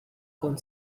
con